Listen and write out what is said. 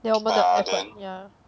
then 我们的 effort yeah